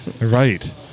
right